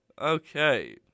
Okay